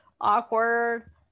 awkward